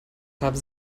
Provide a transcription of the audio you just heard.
haben